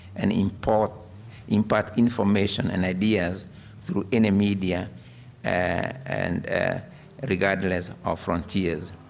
and import impart information and ideas through intermedia and regardless of frontiers.